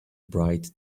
bright